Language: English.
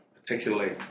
particularly